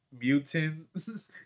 mutants